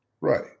right